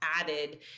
added